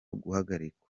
guhagarikwa